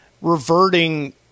reverting